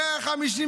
איזה 1.5 מיליון?